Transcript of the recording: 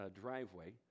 driveway